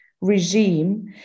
regime